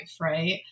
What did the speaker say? right